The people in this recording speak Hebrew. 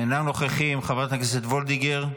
אינם נוכחים, חברת הכנסת וולדיגר,